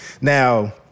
Now